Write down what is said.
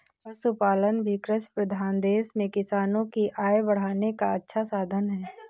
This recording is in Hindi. पशुपालन भी कृषिप्रधान देश में किसानों की आय बढ़ाने का अच्छा साधन है